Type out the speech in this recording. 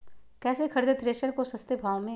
कैसे खरीदे थ्रेसर को सस्ते भाव में?